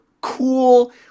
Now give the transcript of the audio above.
cool